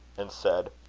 and said,